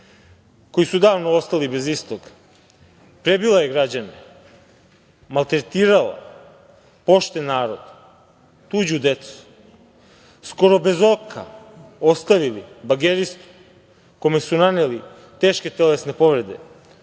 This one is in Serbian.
koji su davno ostali bez istog, prebila je građane, maltretirala pošten narod, tuđu decu, skoro bez oka ostavili bageristu kome su naneli teške telesne povrede,